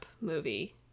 movie